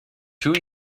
two